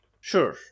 Sure